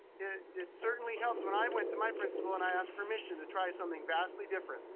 it certainly helped when i went to my principal and i asked permission to try something vastly different,